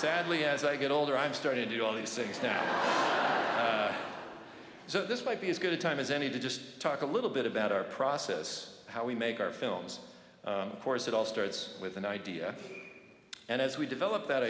sadly as i get older i'm starting to do all these things that i so this might be as good a time as any to just talk a little bit about our process how we make our films of course it all starts with an idea and as we develop that